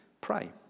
pray